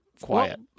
quiet